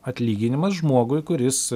atlyginimas žmogui kuris